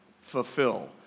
fulfill